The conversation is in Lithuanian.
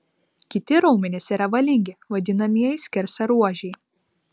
kiti raumenys yra valingi vadinamieji skersaruožiai